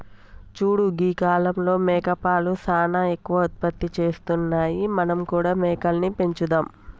చూడు గీ కాలంలో మేకపాలు సానా ఎక్కువ ఉత్పత్తి చేస్తున్నాయి మనం కూడా మేకలని పెంచుదాం